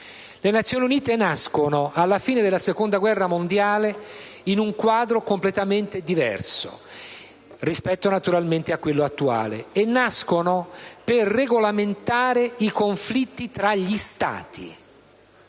Le Nazioni Unite nascono alla fine della Seconda guerra mondiale in un quadro completamente diverso, naturalmente, rispetto a quello attuale e nascono per regolamentare i conflitti tra gli Stati: